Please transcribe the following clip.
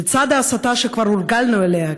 לצד ההסתה שכבר הורגלנו אליה,